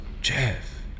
Jeff